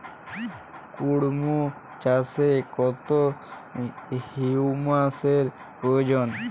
কুড়মো চাষে কত হিউমাসের প্রয়োজন?